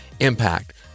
impact